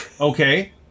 Okay